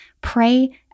pray